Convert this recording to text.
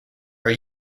are